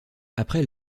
après